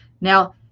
Now